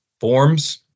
forms